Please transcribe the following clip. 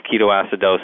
ketoacidosis